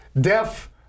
deaf